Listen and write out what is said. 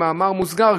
במאמר מוסגר,